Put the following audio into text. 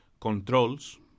controls